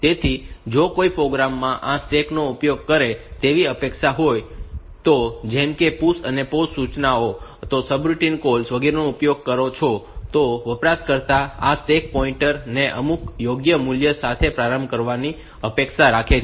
તેથી જો કોઈ પ્રોગ્રામ આ સ્ટેક નો ઉપયોગ કરે તેવી અપેક્ષા હોય તો જેમ કે તમે PUSH અને POP સૂચનાઓ સબરૂટિન કૉલ્સ વગેરેનો ઉપયોગ કરો છો તો વપરાશકર્તા આ સ્ટેક પોઈન્ટર ને અમુક યોગ્ય મૂલ્ય સાથે પ્રારંભ કરવાની અપેક્ષા રાખે છે